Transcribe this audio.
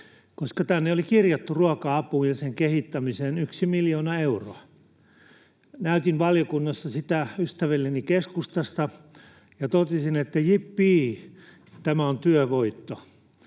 koska tänne oli kirjattu ruoka-apu ja sen kehittämiseen yksi miljoona euroa. Näytin valiokunnassa sitä ystävilleni keskustasta ja totesin: ”Jippii, tämä on työvoitto.”